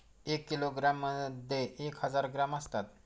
एका किलोग्रॅम मध्ये एक हजार ग्रॅम असतात